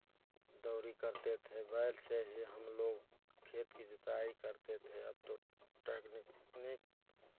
दौरी करते थे बैल से ही हम लोग खेत की जुताई करते थे या तो टेकनिक